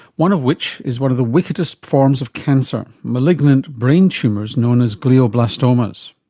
one of which is one of the wickedest forms of cancer, malignant brain tumours known as glioblastomas.